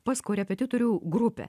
pas korepetitorių grupę